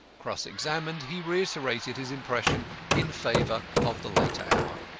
cross-examined, he reiterated his impression in favour of the later hour.